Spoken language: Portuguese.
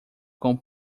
com